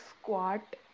squat